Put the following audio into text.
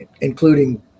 including